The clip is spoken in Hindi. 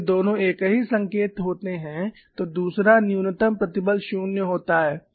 जब वे दोनों एक ही संकेत के होते हैं तो दूसरा न्यूनतम प्रतिबल शून्य होता है